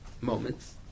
moments